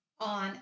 on